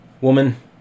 woman